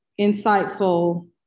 insightful